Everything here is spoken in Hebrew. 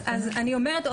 אז אני אומרת,